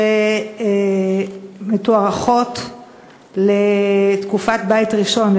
שמתוארכות לתקופת בית ראשון,